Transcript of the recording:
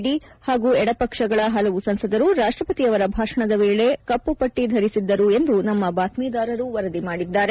ಟ ಹಾಗೂ ಎಡಪಕ್ಷಗಳ ಹಲವು ಸಂಸದರು ರಾಷ್ಟಪತಿಯವರ ಭಾಷಣದ ವೇಳೆ ಕಪ್ಪು ಪಟ್ಟ ಧರಿಸಿದ್ದರು ಎಂದು ನಮ್ನ ಬಾತ್ನೀದಾರರು ವರದಿ ಮಾಡಿದ್ದಾರೆ